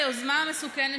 זה עושה לי טוב.